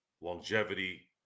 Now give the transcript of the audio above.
longevity